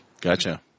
Gotcha